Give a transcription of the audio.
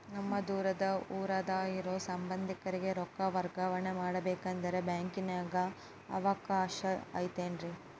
ನಮ್ಮ ದೂರದ ಊರಾಗ ಇರೋ ಸಂಬಂಧಿಕರಿಗೆ ರೊಕ್ಕ ವರ್ಗಾವಣೆ ಮಾಡಬೇಕೆಂದರೆ ಬ್ಯಾಂಕಿನಾಗೆ ಅವಕಾಶ ಐತೇನ್ರಿ?